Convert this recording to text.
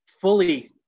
fully